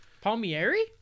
Palmieri